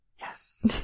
yes